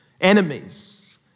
Enemies